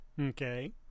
Okay